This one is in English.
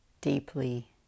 deeply